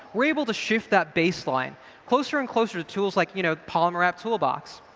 we're able to shift that baseline closer and closer to tools like you know polymer app toolbox.